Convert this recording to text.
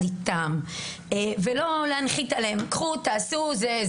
איתם ולא להנחית עליהם בגדר קחו ותעשו.